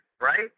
right